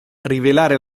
rivelare